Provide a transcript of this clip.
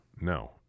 no